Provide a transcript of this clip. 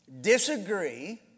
Disagree